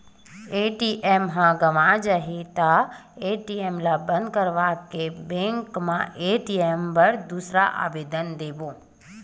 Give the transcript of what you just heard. ATM गवां जाहि का करबो?